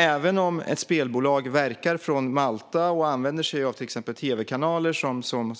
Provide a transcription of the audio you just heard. Även om ett spelbolag verkar från Malta och använder sig av till exempel tv-kanaler